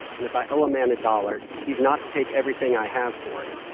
and if i owe a man a dollar, he's not to take everything i have for it.